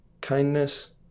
kindness